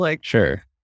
Sure